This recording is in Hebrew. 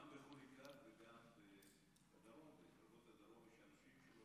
גם בחוליקאת וגם בקרבות בדרום, יש אנשים שלא